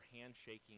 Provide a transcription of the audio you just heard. handshaking